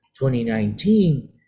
2019